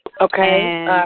Okay